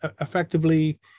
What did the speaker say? effectively